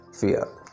fear